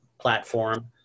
platform